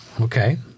Okay